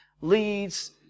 leads